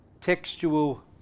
textual